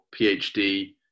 PhD